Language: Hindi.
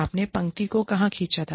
आपने पंक्ति को कहां खींचा था